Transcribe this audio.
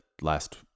last